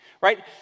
right